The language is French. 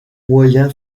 moyen